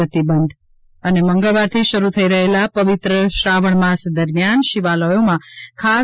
પ્રતિબંધ મંગળવારથી શરૂ થઇ રહેલા પવિત્ર શ્રાવણ માસ દરમિયાન શિવાલયોમાં ખાસ